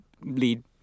lead